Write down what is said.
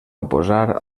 oposar